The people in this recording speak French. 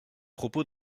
propos